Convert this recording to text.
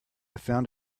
found